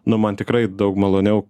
nu man tikrai daug maloniau